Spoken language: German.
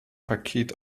paket